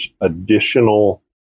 additional